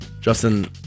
Justin